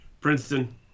Princeton